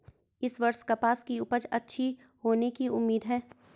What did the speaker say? इस वर्ष कपास की उपज अच्छी होने की उम्मीद है